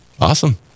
Awesome